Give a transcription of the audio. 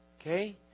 Okay